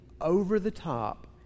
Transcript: over-the-top